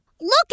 Look